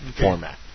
format